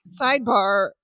Sidebar